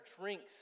drinks